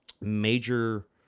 major